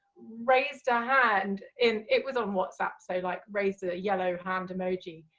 raised a hand in, it was on whatsapp, so like raised a yellow hand emoji,